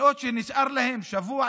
מאות שנשאר להם שבוע,